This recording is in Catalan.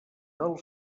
del